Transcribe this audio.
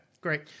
great